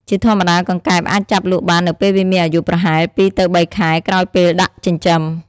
ជាធម្មតា កង្កែបអាចចាប់លក់បាននៅពេលវាមានអាយុប្រហែល ២ ទៅ ៣ ខែ ក្រោយពេលដាក់ចិញ្ចឹម។